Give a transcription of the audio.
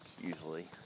usually